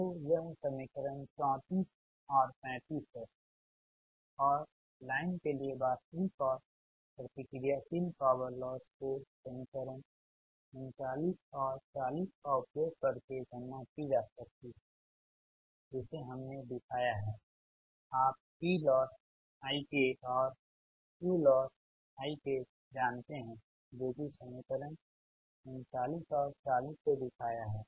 तो यह समीकरण 34 और 35 है और लाइन के लिए वास्तविक और प्रतिक्रियाशील पॉवर लॉस को समीकरण 39 और 40 का उपयोग करके गणना की जा सकती है जिसे हमने दिखाया है आपPlossikऔर Q lossikजानते है जो कि समीकरण 39 और 40 से दिखाया है